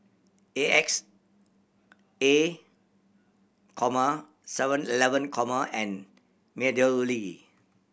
A X A comma Seven Eleven comma and MeadowLea